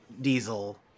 diesel